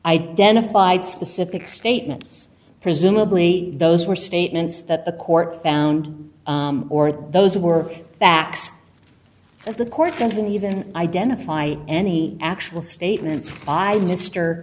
identified specific statements presumably those were statements that the court found or those were facts of the court doesn't even identify any actual statements by mr